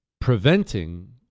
preventing